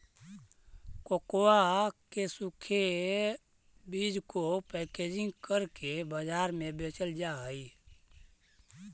cocoa के सूखे बीज को पैकेजिंग करके बाजार में बेचल जा हई